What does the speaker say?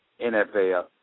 NFL